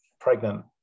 pregnant